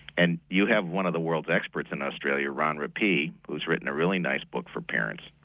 and you have one of the world's experts in australia ron rapee who has written a really nice book for parents.